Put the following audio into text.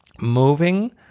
moving